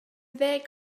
ddeg